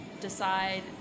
decide